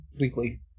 weekly